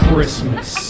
Christmas